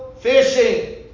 fishing